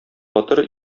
батыр